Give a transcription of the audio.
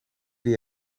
die